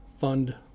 fund